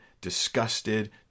disgusted